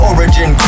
Origin